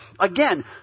Again